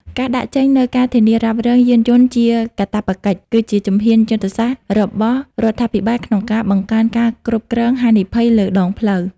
ការដាក់ចេញនូវការធានារ៉ាប់រងយានយន្តជាកាតព្វកិច្ច គឺជាជំហានយុទ្ធសាស្ត្ររបស់រដ្ឋាភិបាលក្នុងការបង្កើនការគ្រប់គ្រងហានិភ័យលើដងផ្លូវ។